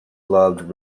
loved